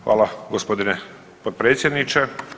Hvala g. potpredsjedniče.